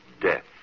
death